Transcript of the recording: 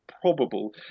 probable